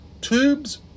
tubes